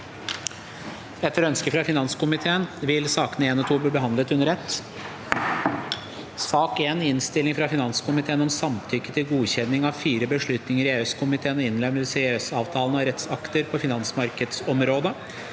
Etter ønske fra finanskomiteen vil sakene nr. 1 og 2 bli behandlet under ett. S ak nr. 1 Innstilling fra finanskomiteen om Samtykke til godkjen- ning av fire beslutninger i EØS-komiteen om innlemmelse i EØS-avtalen av rettsakter på finansmarkedsområdet